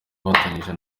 afatanyije